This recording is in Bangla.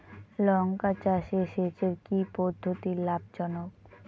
লঙ্কা চাষে সেচের কি পদ্ধতি লাভ জনক?